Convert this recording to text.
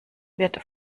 wird